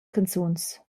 canzuns